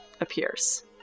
appears